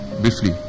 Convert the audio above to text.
briefly